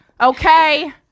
Okay